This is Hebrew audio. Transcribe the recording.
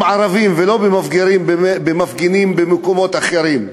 ערבים ולא במפגינים במקומות אחרים.